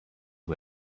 who